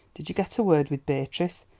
did you get a word with beatrice?